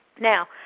Now